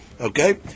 Okay